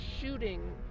shooting